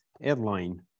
headline